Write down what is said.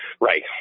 Right